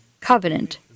covenant